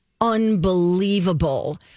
unbelievable